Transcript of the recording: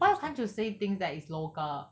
why can't you say things that is local